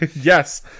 Yes